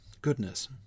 goodness